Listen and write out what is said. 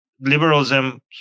Liberalism